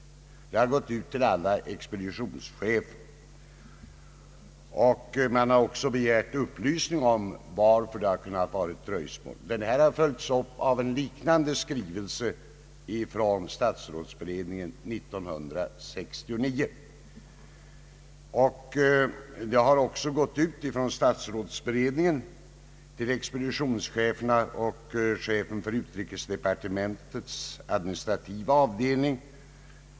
Denna skrivelse har gått ut till alla expeditionschefer och i den begärs också upplysning om varför det har förekommit dröjsmål. Denna skrivelse har följts upp av en liknande skrivelse den 28 april 1969 från statsrådsberedningen till expeditionscheferna och till chefen för utrikesdepartementets administrativa avdelning.